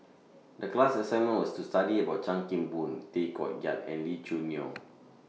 The class assignment was to study about Chan Kim Boon Tay Koh Yat and Lee Choo Neo